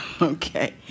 Okay